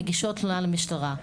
מגישות תלונה למשטרה.